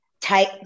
type